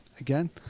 again